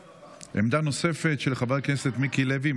עמדה נוספת, של חבר הכנסת מיקי לוי.